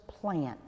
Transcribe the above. plant